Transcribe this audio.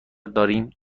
داریم